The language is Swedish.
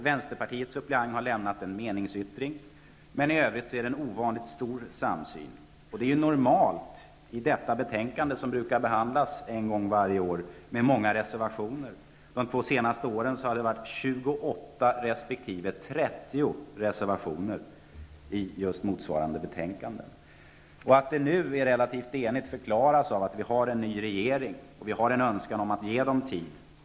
Vänsterpartiets suppleant har fogat en meningsyttring till betänkandet. Men i övrigt råder det en ovanligt stor samsyn. Det är normalt i detta årligen återkommande ärende med många reservationer. De två senaste åren har betänkandena innehållit 28 resp. 30 reservationer. Att betänkandet i år är relativt enigt förklaras av att vi har en ny regering och att vi har en önskan om att ge den tid.